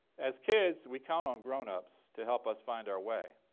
as kids, we count on grownups to help us find our way.